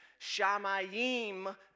shamayim